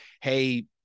Hey